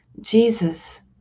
Jesus